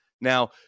Now